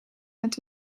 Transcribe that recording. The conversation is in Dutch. met